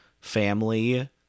family